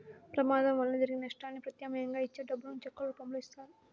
ప్రమాదం వలన జరిగిన నష్టానికి ప్రత్యామ్నాయంగా ఇచ్చే డబ్బులను చెక్కుల రూపంలో ఇత్తారు